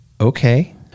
Okay